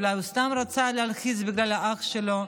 ואולי הוא סתם רצה להלחיץ בגלל האח שלו.